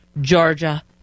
Georgia